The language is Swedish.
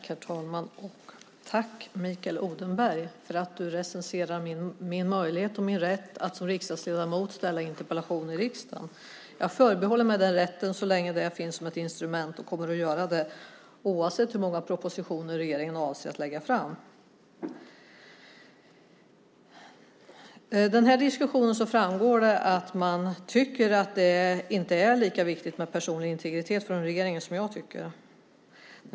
Herr talman! Tack, Mikael Odenberg, för att du recenserar min möjlighet och min rätt att som riksdagsledamot ställa interpellationer i riksdagen. Jag förbehåller mig den rätten så länge detta finns som ett instrument, och jag kommer att fortsätta att ställa interpellationer oavsett hur många propositioner som regeringen avser att lägga fram. Av diskussionen framgår det att regeringen inte tycker att det är lika viktigt med personlig integritet som jag tycker.